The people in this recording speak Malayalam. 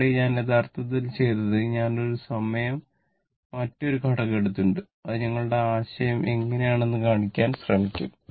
ഇവിടെ ഞാൻ യഥാർത്ഥത്തിൽ ചെയ്തത് ഞാൻ ഒരു സമയം ഒരൊറ്റ ഘടകം എടുത്തിട്ടുണ്ട് അത് ഞങ്ങളുടെ ആശയം എങ്ങനെയാണെന്ന് കാണാൻ ശ്രമിക്കും